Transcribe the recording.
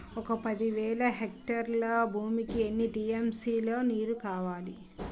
ఒక పది వేల హెక్టార్ల భూమికి ఎన్ని టీ.ఎం.సీ లో నీరు కావాలి?